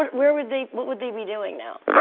um where were they what would they be doing now?